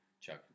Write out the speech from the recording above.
Chuck